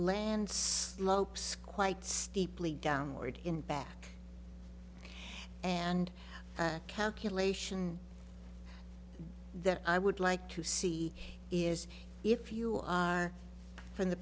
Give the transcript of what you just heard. land slopes quite steeply downward in back and calculation that i would like to see is if you are from the